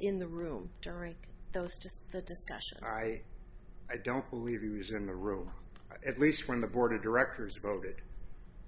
in the room during those just that's why i don't believe he was in the room at least when the board of directors voted